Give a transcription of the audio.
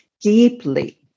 deeply